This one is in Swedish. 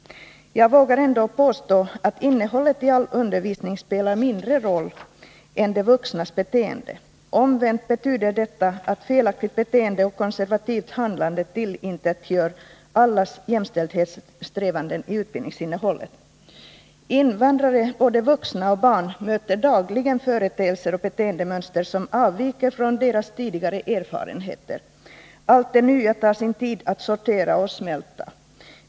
Jag vågar ändå påstå att innehållet i all undervisning spelar mindre roll än de vuxnas beteende. Omvänt betyder detta att felaktigt beteende och konservativt handlande tillintetgör alla jämställdhetssträvanden i utbildningsinnehållet. Invandrare, både vuxna och barn, möter dagligen företeelser och beteendemönster som avviker från deras tidigare erfarenheter. Allt det nya tar sin tid att sortera och smälta.